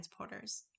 transporters